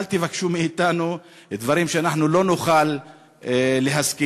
אל תבקשו מאתנו דברים שאנחנו לא נוכל להסכים.